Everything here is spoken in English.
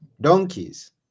donkeys